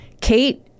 Kate